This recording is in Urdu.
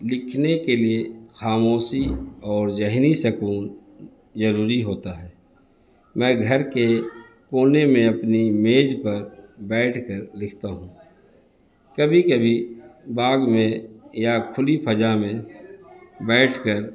لکھنے کے لیے خاموشی اور ذہنی سکون ضروری ہوتا ہے میں گھر کے کونے میں اپنی میز پر بیٹھ کر لکھتا ہوں کبھی کبھی باغ میں یا کھلی فضا میں بیٹھ کر